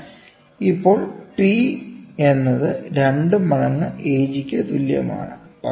അതിനാൽ ഇപ്പോൾ P എന്നത് 2 മടങ്ങ് A G യ്ക്ക് തുല്യമാണ്